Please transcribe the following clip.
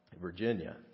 Virginia